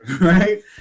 right